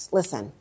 Listen